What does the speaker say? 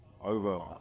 Over